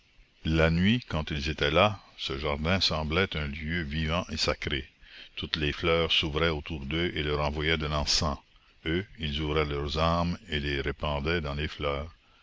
la nuit quand ils étaient là ce jardin semblait un lieu vivant et sacré toutes les fleurs s'ouvraient autour d'eux et leur envoyaient de l'encens eux ils ouvraient leurs âmes et les répandaient dans les fleurs